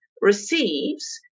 receives